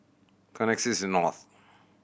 Connexis North